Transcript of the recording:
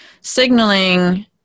signaling